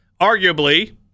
arguably